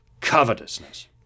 covetousness